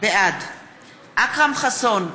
בעד אכרם חסון,